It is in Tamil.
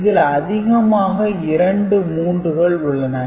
இதில் அதிகமாக இரண்டு 3 கள் உள்ளன